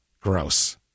Gross